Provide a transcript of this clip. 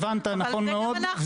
נכון, הבנת נכון מאוד.